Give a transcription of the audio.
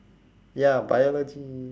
ya biology